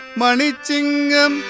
manichingam